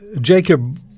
Jacob